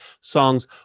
songs